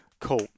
cool